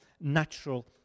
natural